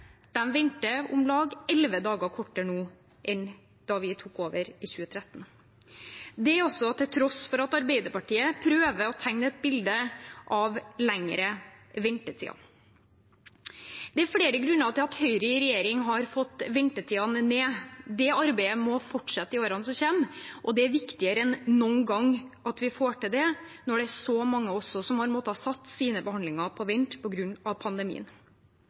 venter om lag elleve dager kortere nå enn da vi tok over i 2013 – dette til tross for at Arbeiderpartiet prøver å tegne et bilde av lengre ventetider. Det er flere grunner til at Høyre i regjering har fått ventetidene ned. Det arbeidet må fortsette i årene som kommer, og det er viktigere enn noen gang at vi får til det, når det er så mange som har måttet sette sine behandlinger på vent på grunn av pandemien.